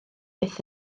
byth